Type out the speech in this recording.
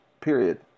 period